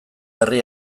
herri